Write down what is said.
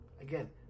Again